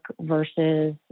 versus